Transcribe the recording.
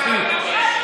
מספיק.